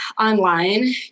online